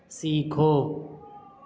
سیکھو